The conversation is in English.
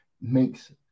Makes